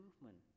movement